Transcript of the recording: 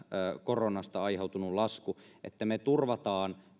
koronasta aiheutuneen laskun että me turvaamme